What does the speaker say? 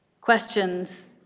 Questions